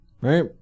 right